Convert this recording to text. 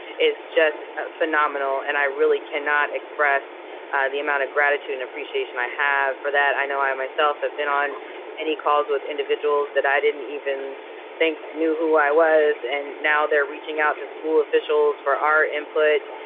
is just ah phenomenal, and i really cannot express the amount of gratitude and appreciation i have for that. i know i, myself, have been on many calls with individuals that i didn't even think knew who i was, and now they're reaching out to school officials for our input,